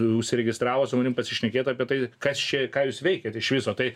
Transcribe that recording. užsiregistravo su manim pasišnekėt apie tai kas čia ką jūs veikiat iš viso tai